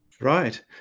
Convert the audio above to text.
Right